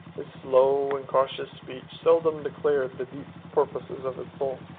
his slow and cautious speech seldom declared the deep purposes of his soul